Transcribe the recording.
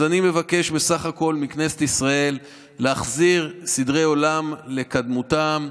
אני מבקש בסך הכול מכנסת ישראל להחזיר סדרי עולם לקדמותם.